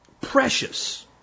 precious